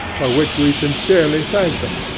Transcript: for which we sincerely thank them